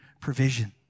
provision